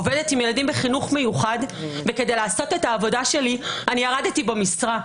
עובדת עם ילדים בחינוך מיוחד וכדי לעשות את העבודה שלי אני ירדתי במשרה.